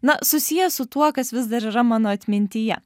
na susijęs su tuo kas vis dar yra mano atmintyje